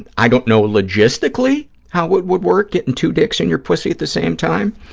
and i don't know logistically how it would work, getting two dicks in your pussy at the same time.